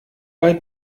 bei